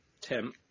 Tim